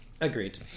Agreed